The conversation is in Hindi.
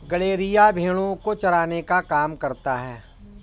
गड़ेरिया भेड़ो को चराने का काम करता है